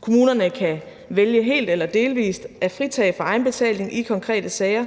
Kommunerne kan vælge helt eller delvis at fritage for egenbetaling i konkrete sager.